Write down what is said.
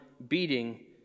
beating